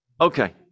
Okay